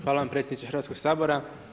Hvala vam predsjedniče Hrvatskog sabora.